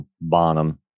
Bonham